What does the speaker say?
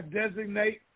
designate